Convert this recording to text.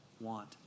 want